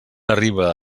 arriba